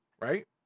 right